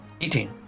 18